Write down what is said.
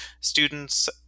students